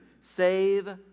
save